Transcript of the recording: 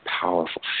powerful